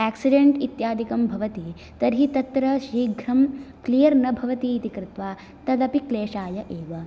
accident इत्यादिकं भवति तर्हि तत्र शीघ्रं क्लियर् न भवति इति कृत्वा तदपि क्लेषाय एव